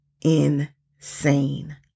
insane